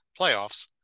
playoffs